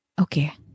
okay